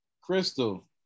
Crystal